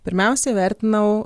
pirmiausia vertinau